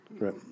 right